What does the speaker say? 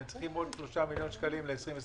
הם צריכים עוד 3 מיליון שקלים ל-2021